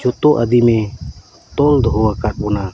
ᱡᱚᱛᱚ ᱟᱹᱫᱤᱢᱮ ᱛᱚᱞ ᱫᱚᱦᱚᱣᱟᱠᱟᱜ ᱵᱚᱱᱟ